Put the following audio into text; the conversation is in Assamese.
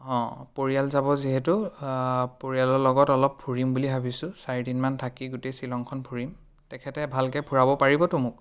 অঁ পৰিয়াল যাব যিহেতু পৰিয়ালৰ লগত অলপ ফুৰিম বুলি ভাবিছোঁ চাৰিদিনমান থাকি গোটেই ছিলংখন ফুৰিম তেখেতে ভালকৈ ফুৰাব পাৰিবতো মোক